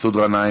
מסעוד גנאים.